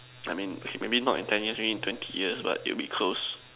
I mean maybe not in ten years maybe in twenty years but it will be closed